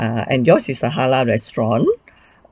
and yours is a halal restaurant